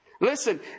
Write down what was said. Listen